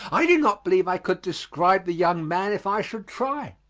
i do not believe i could describe the young man if i should try.